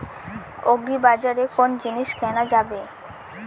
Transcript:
আগ্রিবাজারে কোন জিনিস কেনা যাবে?